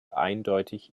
eindeutig